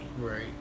Right